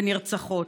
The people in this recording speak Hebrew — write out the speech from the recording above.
ונרצחות.